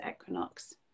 equinox